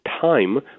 time